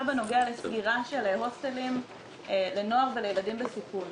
לגבי סגירה של הוסטלים לנוער ולילדים בסיכון.